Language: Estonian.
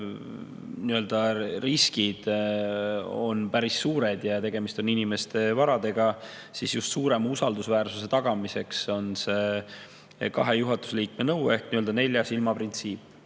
riskid on päris suured ja tegemist on inimeste varaga. Just suurema usaldusväärsuse tagamiseks on see kahe juhatuse liikme nõue ehk nii-öelda nelja silma printsiip.